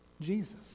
Jesus